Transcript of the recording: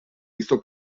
hizo